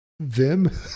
Vim